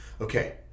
okay